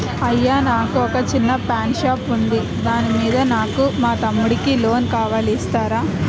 అయ్యా నాకు వొక చిన్న పాన్ షాప్ ఉంది దాని మీద నాకు మా తమ్ముడి కి లోన్ కావాలి ఇస్తారా?